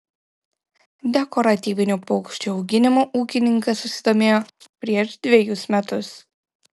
dekoratyvinių paukščių auginimu ūkininkas susidomėjo prieš dvejus metus